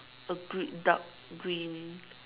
a gre~ dark green